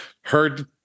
heard